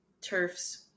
turf's